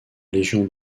légion